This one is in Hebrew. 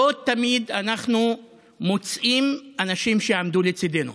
לא תמיד אנחנו מוצאים אנשים שיעמדו לצידנו.